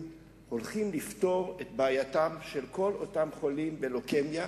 הולכים לפתור את בעייתם של כל אותם חולים בלוקמיה,